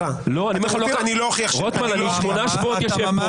שמונה שבועות אני יושב כאן.